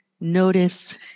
notice